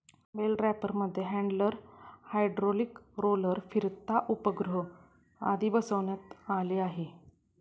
bell रॅपरमध्ये handler, hydraulic roller, फिरता उपग्रह आदी बसवण्यात आले आहे